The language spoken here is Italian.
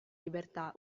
libertà